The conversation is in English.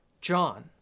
John